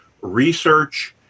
research